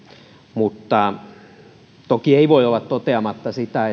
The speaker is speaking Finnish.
mutta toki ei voi olla toteamatta sitä